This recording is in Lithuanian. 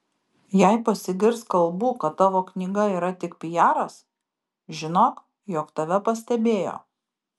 jei pasigirs kalbų kad tavo knyga yra tik pijaras žinok jog tave pastebėjo